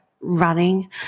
running